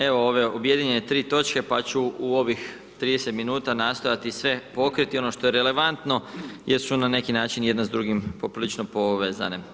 Evo, ove objedinjenje tri točke, pa ću u ovih 30 minuta nastojati sve pokriti, ono što je relevantno jesu na neki način jedna s drugim poprilično povezane.